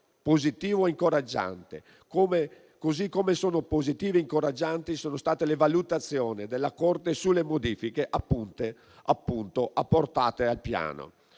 positivo e incoraggiante, così come positive e incoraggianti sono state le valutazioni della Corte sulle modifiche apportate al Piano.